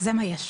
זה מה יש.